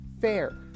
fair